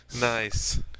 Nice